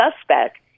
suspect